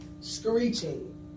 screeching